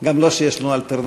גם לא שיש לנו אלטרנטיבה,